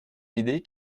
l’idée